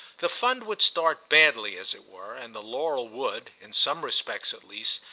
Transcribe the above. the fund would start badly, as it were, and the laurel would, in some respects at least,